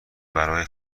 برای